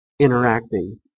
Interacting